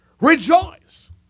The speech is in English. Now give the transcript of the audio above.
Rejoice